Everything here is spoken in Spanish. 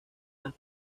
las